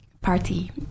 party